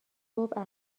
صبح